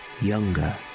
younger